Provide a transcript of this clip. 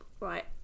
right